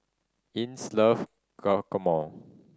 Ines love Guacamole